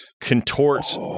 contorts